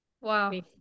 Wow